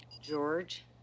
George